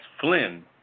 Flynn